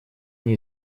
мне